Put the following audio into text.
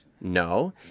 No